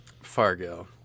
Fargo